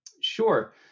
Sure